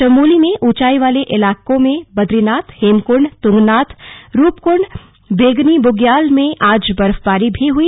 चमोली में ऊंचाईवाले इलाकों बदरीनाथ हेमकुंड तुंगनाथ रूपकुंड बेगनी बुग्याल में आज बर्फबारी भी हुई